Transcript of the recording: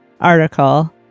article